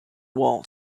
wall